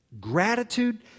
gratitude